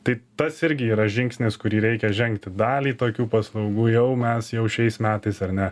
tai tas irgi yra žingsnis kurį reikia žengti dalį tokių paslaugų jau mes jau šiais metais ar ne